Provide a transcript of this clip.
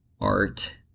art